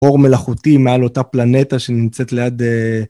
אור מלאכותי מעל אותה פלנטה שנמצאת ליד.